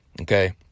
okay